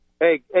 hey